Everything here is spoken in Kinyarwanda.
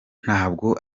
ntabwo